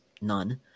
none